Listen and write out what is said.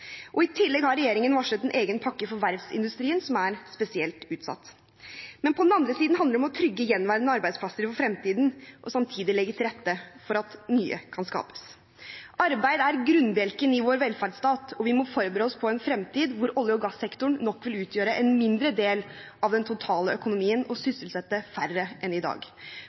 oppe. I tillegg har regjeringen varslet en egen pakke for verftsindustrien, som er spesielt utsatt. På den andre siden handler det om å trygge gjenværende arbeidsplasser for fremtiden og samtidig legge til rette for at nye kan skapes. Arbeid er grunnbjelken i vår velferdsstat, og vi må forberede oss på en fremtid hvor olje- og gassektoren nok vil utgjøre en mindre del av den totale økonomien og sysselsette færre enn i dag.